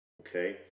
okay